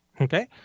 Okay